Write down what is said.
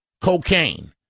cocaine